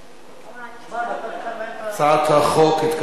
הצעת החוק התקבלה בקריאה שלישית,